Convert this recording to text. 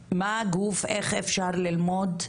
הגוף, איך אפשר ללמוד,